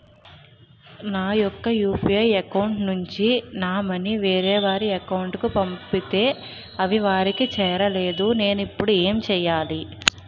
నా యెక్క UPI account నుంచి నా మనీ వేరే వారి అకౌంట్ కు పంపితే అవి వారికి చేరలేదు నేను ఇప్పుడు ఎమ్ చేయాలి?